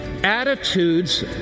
Attitudes